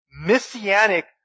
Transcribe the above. Messianic